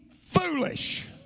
foolish